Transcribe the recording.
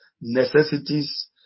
necessities